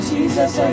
Jesus